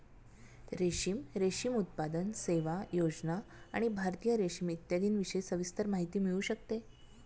रेशीम, रेशीम उत्पादन, सेवा, योजना आणि भारतीय रेशीम इत्यादींविषयी सविस्तर माहिती मिळू शकते